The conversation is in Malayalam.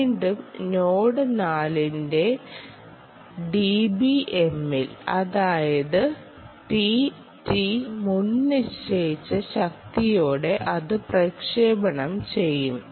വീണ്ടും നോഡ് 4 ന്റെ ഡിബിഎമ്മിൽ അതായത് മുൻനിശ്ചയിച്ച ശക്തിയോടെ അത് പ്രക്ഷേപണം ചെയ്യും